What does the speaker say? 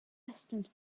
investment